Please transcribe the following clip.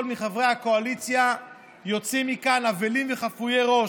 מחברי הקואליציה יוצאים מכאן אבלים וחפויי ראש.